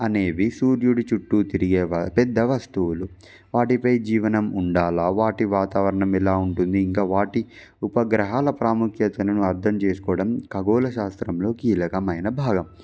అనేవి సూర్యుడు చుట్టూ తిరిగే పెద్ద వస్తువులు వాటిపై జీవనం ఉండాలా వాటి వాతావరణం ఎలా ఉంటుంది ఇంకా వాటి ఉపగ్రహాల ప్రాముఖ్యతను అర్థం చేసుకోవడం ఖగోళ శాస్త్రంలో కీలకమైన భాగం